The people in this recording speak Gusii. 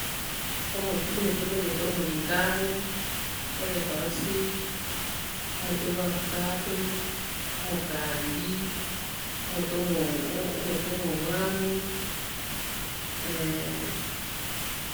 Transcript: Omote- emete nimanyete omoringamu, egetorosi, omote bwa afukado, omokaabiri, omote omo- omo- omote omwamu.